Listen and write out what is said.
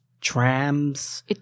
trams